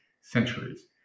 centuries